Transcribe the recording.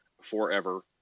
forever